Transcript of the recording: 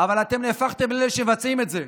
אבל אתם נהפכתם לאלה שמבצעים את זה.